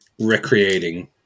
recreating